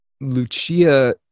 Lucia